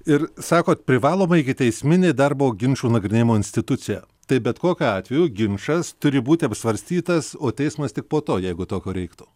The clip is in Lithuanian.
ir sakot privaloma ikiteisminė darbo ginčų nagrinėjimo institucija tai bet kokiu atveju ginčas turi būti apsvarstytas o teismas tik po to jeigu tokio reiktų